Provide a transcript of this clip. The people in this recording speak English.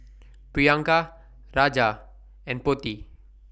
Priyanka Raja and Potti